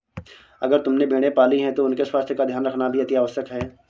अगर तुमने भेड़ें पाली हैं तो उनके स्वास्थ्य का ध्यान रखना भी अतिआवश्यक है